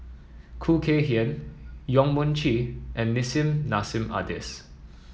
Khoo Kay Hian Yong Mun Chee and Nissim Nassim Adis